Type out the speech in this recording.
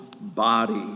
body